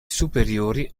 superiori